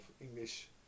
English